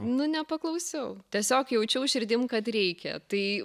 nu nepaklausiau tiesiog jaučiau širdim kad reikia tai